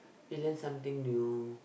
we learn something new